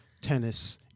tennis